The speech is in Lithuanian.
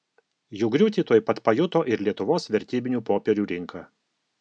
jų griūtį tuoj pat pajuto ir lietuvos vertybinių popierių rinka